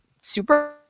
super